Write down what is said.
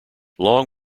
long